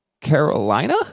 Carolina